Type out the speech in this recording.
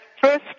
first